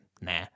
nah